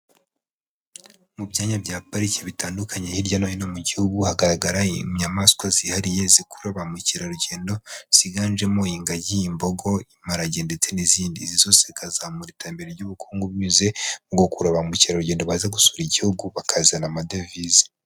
Mu byanya bya pariki bitandukanye hirya no hino mu gihugu, hagaragara inyamaswa zihariye zikurura ba mukerarugendo, ziganjemo ingagi, mbogo, imparage, ndetse n'izindi. Izi zose zikazamura iterambere ry'ubukungu binyuze mu gukurura ba mukerarugendo baza gusura igihugu, bakazana amadevize.